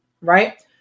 Right